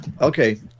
Okay